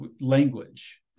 language